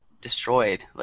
destroyed